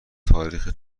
تاریخی